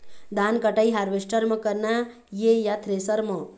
धान कटाई हारवेस्टर म करना ये या थ्रेसर म?